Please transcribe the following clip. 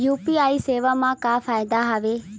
UPI सेवा मा का फ़ायदा हवे?